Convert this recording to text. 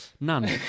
None